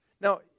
Now